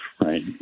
right